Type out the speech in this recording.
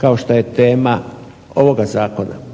kao što je tema ovoga zakona.